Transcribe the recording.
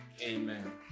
Amen